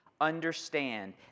understand